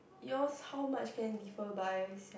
yours how much can differ by itself